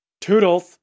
Toodles